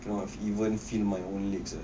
cannot even feel my own legs ah